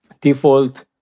default